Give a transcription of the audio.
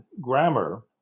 grammar